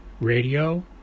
radio